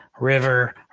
river